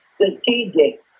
strategic